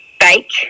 bake